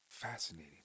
Fascinating